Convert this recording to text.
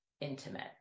intimate